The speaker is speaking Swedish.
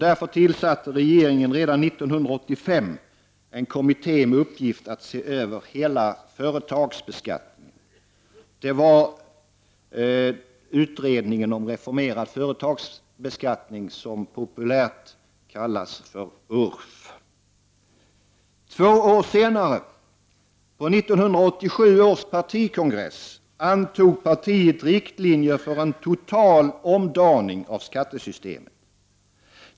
Därför tillsatte regeringen redan 1985 en kommitté med uppgift att se över hela företagsbeskattningen. Det var utredningen om reformerad företagsbeskattning, populärt kallad URF. Två år senare, på 1987 års partikongress, antog partiet riktlinjer för en total omdaning av skattesystemet.